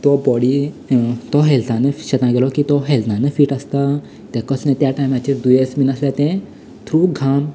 तो बॉडी तो हेल्थान शेतांत गेलो की तो हेल्थानय फिट आसतां ताका कसलें त्या टायमाचेर दुयेंस बीन आसल्यार तें थ्रू घाम